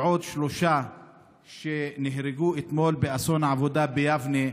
ועוד שלושה שנהרגו אתמול באסון עבודה ביבנה.